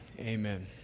Amen